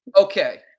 okay